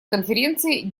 конференции